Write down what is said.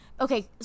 Okay